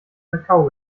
kakao